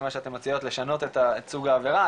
ממה שאתן מציעות לשנות את סוג העבירה,